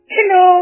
Hello